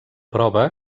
prova